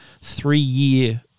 three-year